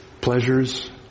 pleasures